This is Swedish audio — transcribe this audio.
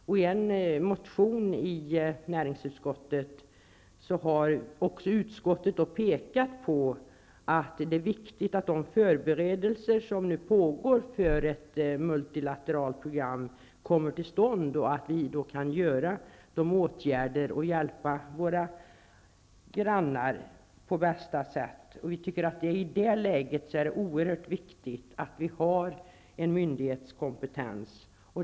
Med anledning av en motion som väckts har näringsutskottet pekat på att det är viktigt att de förberedelser som nu pågår leder till att ett multilateralt program kommer till stånd och till att vi kan vidta åtgärder för att på bästa sätt hjälpa våra grannar. I det läget är det oerhört viktigt att det finns en myndighetskompetens.